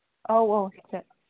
औ औ औ